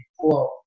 flow